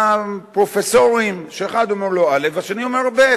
בין הפרופסורים שאחד אומר לו א' והשני אומר לו ב'.